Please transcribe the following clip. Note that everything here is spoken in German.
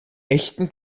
echten